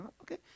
Okay